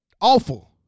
awful